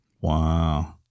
Wow